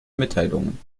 mitteilungen